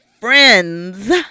friends